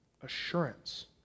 assurance